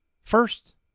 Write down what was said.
first